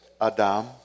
Adam